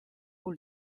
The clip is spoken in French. vous